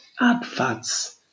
adverts